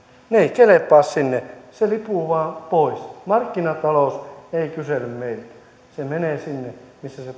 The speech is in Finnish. ne eivät kelpaa sinne se lipuu vain pois markkinatalous ei kysele meiltä se menee sinne missä se se